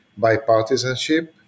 bipartisanship